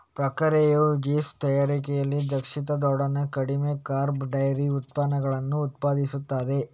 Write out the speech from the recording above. ಪ್ರಕ್ರಿಯೆಯು ಚೀಸ್ ತಯಾರಿಕೆಯಲ್ಲಿ ದಕ್ಷತೆಯೊಡನೆ ಕಡಿಮೆ ಕಾರ್ಬ್ ಡೈರಿ ಉತ್ಪನ್ನಗಳನ್ನು ಉತ್ಪಾದಿಸುತ್ತದೆ